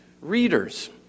readers